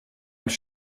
als